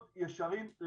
להיות ישרים.